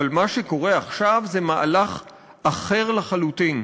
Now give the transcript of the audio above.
אבל מה שקורה עכשיו זה מהלך אחר לחלוטין.